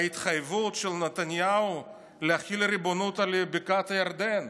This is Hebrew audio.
ההתחייבות של נתניהו להחיל ריבונות על בקעת הירדן,